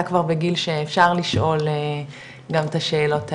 אתה כבר בגיל שאפשר לשאול גם את השאלות האלה.